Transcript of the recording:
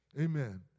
amen